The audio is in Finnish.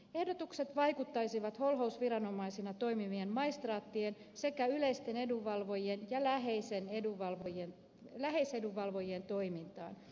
ehdotukset vaikuttaisivat holhousviranomaisina toimivien maistraattien sekä yleisten edunvalvojien ja läheisedunvalvojien toimintaan